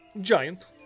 Giant